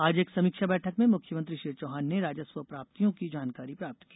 आज एक समीक्षा बैठक में मुख्यमंत्री श्री चौहान ने राजस्व प्राप्तियों की जानकारी प्राप्त की